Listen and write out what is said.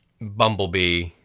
Bumblebee